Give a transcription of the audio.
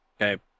Okay